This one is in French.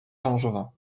langevin